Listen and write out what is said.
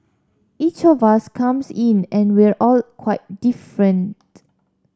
each of us comes in and we are all quite different